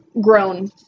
grown